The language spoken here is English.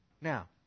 Now